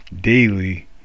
daily